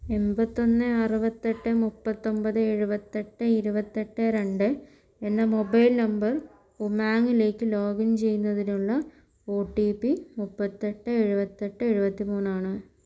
എൺപത്തിയൊന്ന് അറുപത്തിയെട്ട് മുപ്പത്തൊൻപത് എഴുപത്തിയെട്ട് ഇരുപത്തിയെട്ട് രണ്ട് എന്ന മൊബൈൽ നമ്പർ ഉമാങ്ലേക്ക് ലോഗിൻ ചെയ്യുന്നതിനുള്ള ഒ ടി പി മുപ്പത്തിയെട്ട് എഴുപത്തിയെട്ട് എഴുപത്തി മൂന്നാണ്